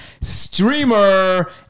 streamer